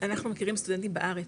אנחנו מכירים סטודנטים בארץ,